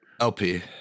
LP